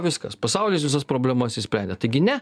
viskas pasaulis visas problemas išsprendė taigi ne